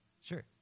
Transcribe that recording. Sure